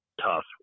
tough